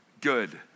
Good